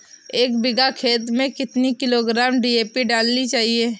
एक बीघा खेत में कितनी किलोग्राम डी.ए.पी डालनी चाहिए?